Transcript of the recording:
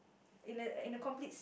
in a in a complete